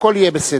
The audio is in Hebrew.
הכול יהיה בסדר.